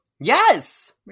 yes